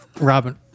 robin